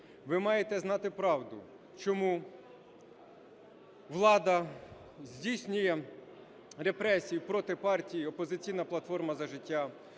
ви маєте знати правду, чому влада здійснює репресії проти партії "Опозиційна платформа - За життя",